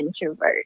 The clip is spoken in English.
introvert